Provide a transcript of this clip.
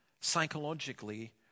psychologically